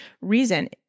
reason